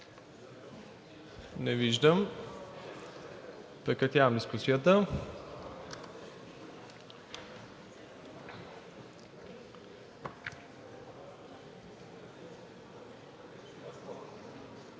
Не виждам. Прекратявам дискусията.